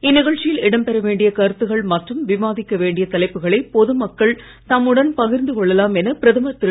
இந்நிகழ்ச்சியில் இடம் பெற வேண்டிய கருத்துக்கள் மற்றும் விவாதிக்க வேண்டிய தலைப்புகளை பொது மக்கள் தம்முடன் பகிர்ந்து கொள்ளலாம் என பிரதமர் திரு